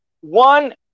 one